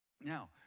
Now